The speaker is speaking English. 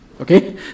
okay